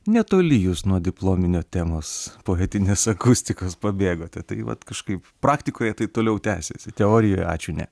netoli jūs nuo diplominio temos poetinės akustikos pabėgote tai vat kažkaip praktikoje tai toliau tęsiasi teorijoje ačiū ne